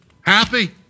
happy